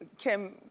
kim,